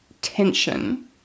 tension